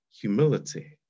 humility